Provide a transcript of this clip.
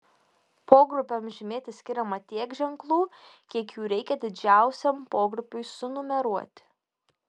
pogrupiams žymėti skiriama tiek ženklų kiek jų reikia didžiausiam pogrupiui sunumeruoti